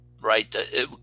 Right